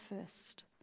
first